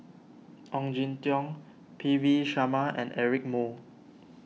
Ong Jin Teong P V Sharma and Eric Moo